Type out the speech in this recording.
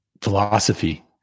philosophy